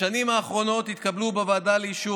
בשנים האחרונות התקבלו בוועדה לאישור